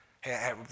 hey